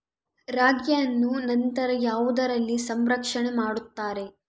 ರಾಗಿಯನ್ನು ನಂತರ ಯಾವುದರಲ್ಲಿ ಸಂರಕ್ಷಣೆ ಮಾಡುತ್ತಾರೆ?